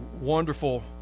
wonderful